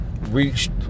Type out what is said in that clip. reached